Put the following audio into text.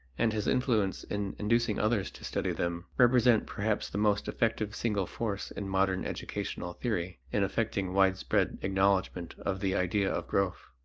and his influence in inducing others to study them, represent perhaps the most effective single force in modern educational theory in effecting widespread acknowledgment of the idea of growth.